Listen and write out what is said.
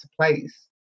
Place